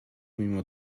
mimo